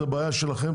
זו בעיה שלכם,